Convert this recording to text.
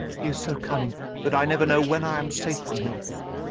he is so cunning that i never know when i am safe from him.